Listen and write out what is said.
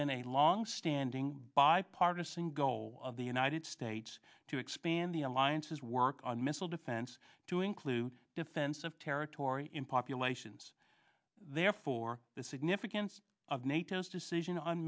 been a longstanding bipartisan goal of the united states to expand the alliances work on missile defense to include defense of territory in populations therefore the significance of nato's decision on